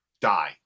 die